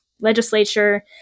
legislature